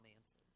answer